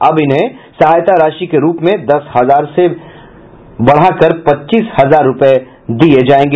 अब इन्हें सहायता राशि के रूप में दस हजार से बढ़ाकर पच्चीस हजार रूपये दिया जायेगा